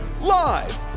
Live